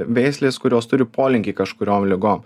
veislės kurios turi polinkį kažkuriom ligom